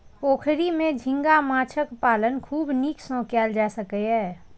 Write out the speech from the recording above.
पोखरि मे झींगा माछक पालन खूब नीक सं कैल जा सकैए